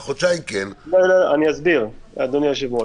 אני אסביר, אדוני היושב-ראש.